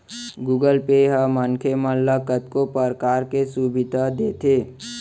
Google Pay ह मनखे मन ल कतको परकार के सुभीता देत हे